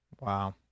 Wow